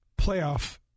playoff